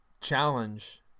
challenge